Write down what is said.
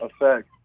effect